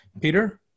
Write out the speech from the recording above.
Peter